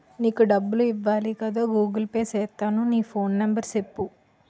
నీకు డబ్బులు ఇవ్వాలి కదా గూగుల్ పే సేత్తాను నీ ఫోన్ నెంబర్ సెప్పు